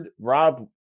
Rob